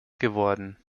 geworden